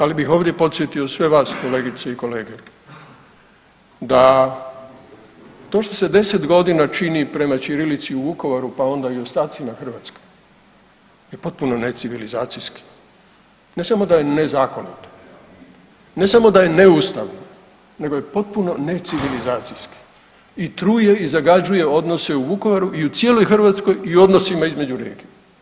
Ali bih ovdje podsjetio sve vas kolegice i kolege, da to što se 10 godina čini prema ćirilici u Vukovaru, pa onda i u ostacima Hrvatske je potpuno ne civilizacijski, ne samo da je nezakonito, ne samo da je neustavno nego je potpuno ne civilizacijski i truje i zagađuje odnose u Vukovaru i u cijeloj Hrvatskoj i u odnosima između regija.